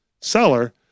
seller